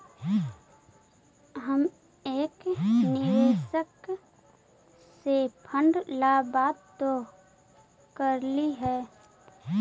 हम एक निवेशक से फंड ला बात तो करली हे